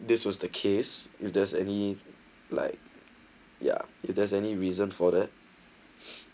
this was the case if there's any like yeah if there's any reason for that